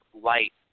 light